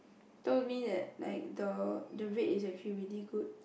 told me that like the the rate is actually really good